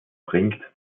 bringt